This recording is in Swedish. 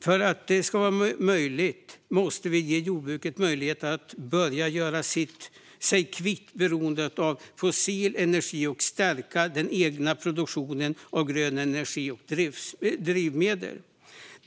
Där det är möjligt måste vi ge jordbruket möjlighet att börja göra sig kvitt beroendet av fossil energi och stärka den egna produktionen av grön energi och drivmedel.